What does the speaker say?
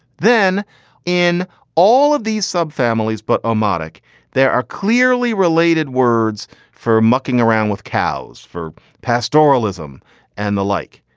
then in all of these subfamilies, but a monarch there are clearly related words for mucking around with cows, for pastoralism and the like.